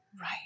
Right